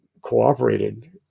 cooperated